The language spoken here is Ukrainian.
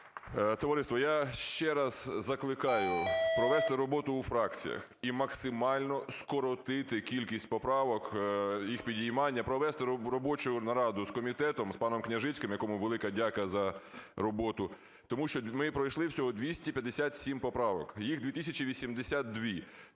Товариство, я ще раз закликаю провести роботу у фракціях і максимально скоротити кількість поправок, їх підіймання, провести робочу нараду з комітетом, з паномКняжицьким, якому велика дяка за роботу, тому що ми пройшли всього 257 поправок, їх 2082.